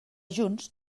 junts